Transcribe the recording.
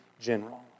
general